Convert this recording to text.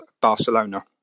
Barcelona